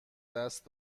دست